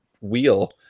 wheel